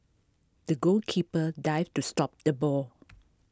the goalkeeper dived to stop the ball